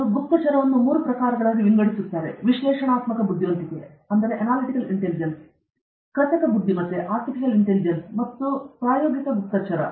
ಅವರು ಗುಪ್ತಚರವನ್ನು ಮೂರು ಪ್ರಕಾರಗಳಾಗಿ ವಿಂಗಡಿಸುತ್ತಾರೆ ವಿಶ್ಲೇಷಣಾತ್ಮಕ ಬುದ್ಧಿವಂತಿಕೆ ಕೃತಕ ಬುದ್ಧಿಮತ್ತೆ ಮತ್ತು ಪ್ರಾಯೋಗಿಕ ಗುಪ್ತಚರ